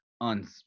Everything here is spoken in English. on